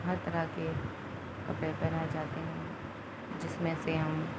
ہر طرح کے کپڑے پہنائے جاتے ہیں جس میں سے ہم